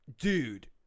dude